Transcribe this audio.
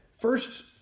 first